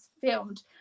filmed